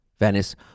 Venice